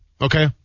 Okay